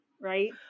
right